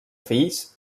fills